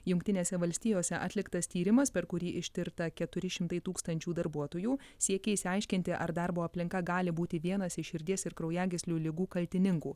jungtinėse valstijose atliktas tyrimas per kurį ištirta keturi šimtai tūkstančių darbuotojų siekė išsiaiškinti ar darbo aplinka gali būti vienas iš širdies ir kraujagyslių ligų kaltininkų